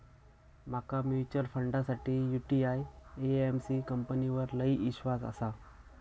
माका म्यूचुअल फंडासाठी UTI AMC कंपनीवर लय ईश्वास आसा